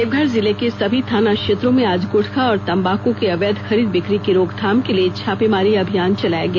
देवघर जिले के सभी थाना क्षेत्रों में आज गुटखा और तंबाकू के अवैध खरीद बिक्री की रोकथाम के लिए छापेमारी अभियान चलाया गया